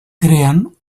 creen